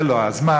זה לא הזמן,